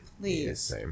Please